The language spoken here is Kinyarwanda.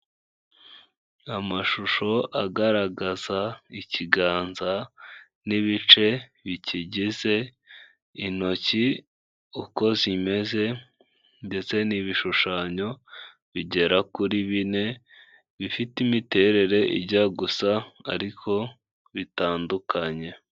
Amashusho agaragaza ikiganza n'ibice bikigize, intoki uko zimeze ndetse n'ibishushanyo bigera kuri bine bifite imiterere ijya gusa ariko bitandukanye.